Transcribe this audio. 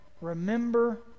Remember